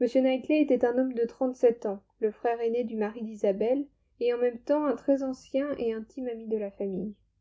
m knightley était un homme de trente-sept ans le frère aîné du mari d'isabelle et en même temps un très ancien et intime ami de la famille